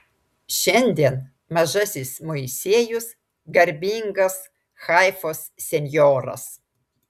šiandien mažasis moisiejus garbingas haifos senjoras